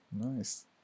Nice